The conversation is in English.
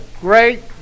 great